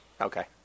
Okay